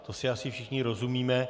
V tom si asi všichni rozumíme.